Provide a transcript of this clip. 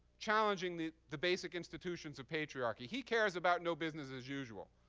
challenging the the basic institutions of patriarchy. he cares about no business as usual.